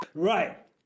Right